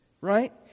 Right